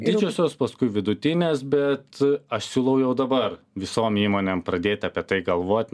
didžiosios paskui vidutinės bet aš siūlau jau dabar visom įmonėm pradėti apie tai galvot